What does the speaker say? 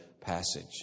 passage